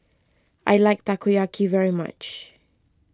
I like Takoyaki very much